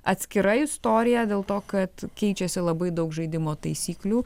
atskira istorija dėl to kad keičiasi labai daug žaidimo taisyklių